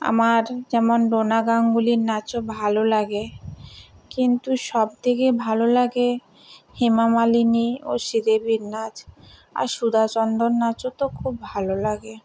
আমার যেমন ডোনা গাঙ্গুলীর নাচও ভালো লাগে কিন্তু সব থেকে ভালো লাগে হেমা মালিনী ও শ্রীদেবীর নাচ আর সুধা চন্দ্রন নাচও তো খুব ভালো লাগে